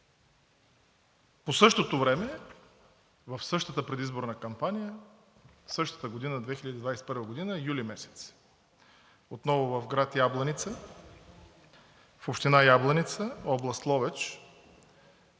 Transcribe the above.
по същото време, в същата предизборна кампания, същата година – 2021-а, юли месец, отново в град Ябланица, в община Ябланица, област Ловеч,